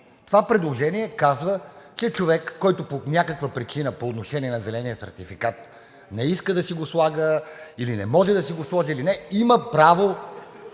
Това предложение казва, че човек, който по някаква причина по отношение на зеления сертификат не иска да си го слага или не може да си го сложи, или не…